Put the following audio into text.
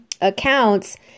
accounts